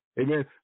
Amen